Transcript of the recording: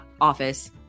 office